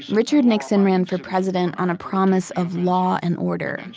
richard nixon ran for president on a promise of law and order.